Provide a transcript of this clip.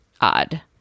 odd